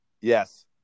Yes